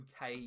UK